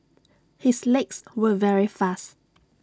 his legs were very fast